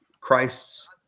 Christ's